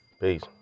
Peace